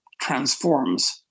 transforms